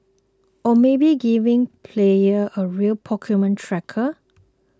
or maybe giving players a real Pokemon tracker